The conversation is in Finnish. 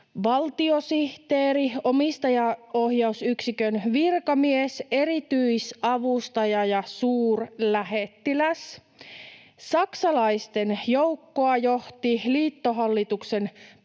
valtiosihteeri, omistajaohjausyksikön virkamies, erityisavustaja ja suurlähettiläs. Saksalaisten joukkoa johti liittohallituksen pääneuvottelija,